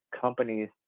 companies